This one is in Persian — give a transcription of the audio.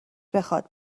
بخواد